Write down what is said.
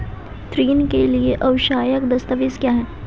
ऋण के लिए आवश्यक दस्तावेज क्या हैं?